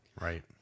right